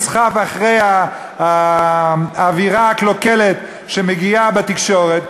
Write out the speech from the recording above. נסחף אחרי האווירה הקלוקלת שמגיעה בתקשורת,